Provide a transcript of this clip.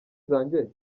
zanjye